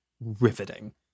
riveting